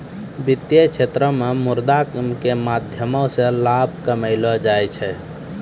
वित्तीय क्षेत्रो मे मुद्रा के माध्यमो से लाभ कमैलो जाय छै